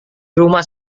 rumah